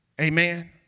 Amen